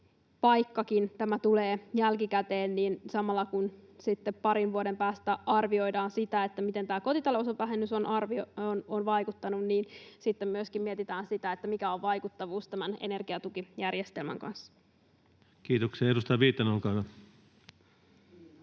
Vaikkakin tämä tulee jälkikäteen, niin toivottavasti nyt sitten samalla, kun parin vuoden päästä arvioidaan sitä, miten tämä kotitalousvähennys on vaikuttanut, myöskin mietitään sitä, mikä on vaikuttavuus tämän energiatukijärjestelmän kanssa. Kiitoksia. — Edustaja Viitanen, olkaa hyvä.